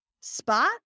spot